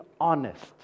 honest